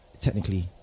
technically